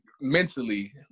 mentally